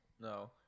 no